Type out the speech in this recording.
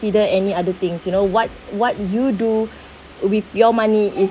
any other things you know what what you do with your money it's